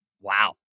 Wow